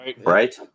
Right